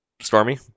stormy